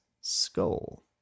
skull